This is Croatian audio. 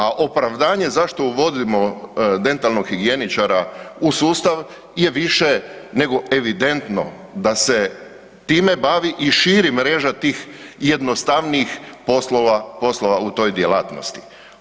A opravdanje zašto uvodimo dentalnog higijeničara u sustav je više nego evidentno da se time bavi i širi mreža tih jednostavnijih poslova u toj djelatnosti.